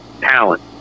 talent